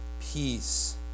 Peace